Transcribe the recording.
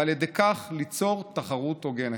ועל ידי כך ליצור תחרות הוגנת.